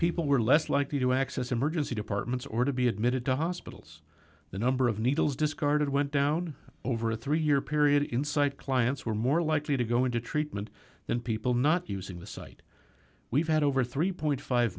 people were less likely to access emergency departments or to be admitted to hospitals the number of needles discarded went down over a three year period inside clients were more likely to go into treatment than people not using the site we've had over three million five